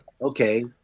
okay